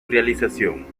realización